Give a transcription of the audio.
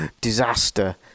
Disaster